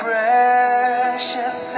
Precious